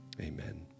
Amen